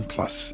Plus